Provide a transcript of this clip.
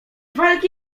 walki